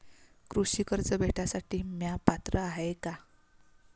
कृषी कर्ज भेटासाठी म्या पात्र हाय का?